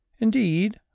Indeed